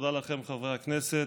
תודה לכם, חברי הכנסת.